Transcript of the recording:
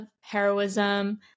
heroism